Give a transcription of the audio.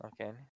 Okay